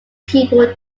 people